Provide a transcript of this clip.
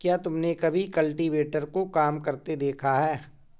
क्या तुमने कभी कल्टीवेटर को काम करते देखा है?